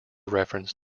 reference